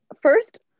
first